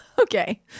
Okay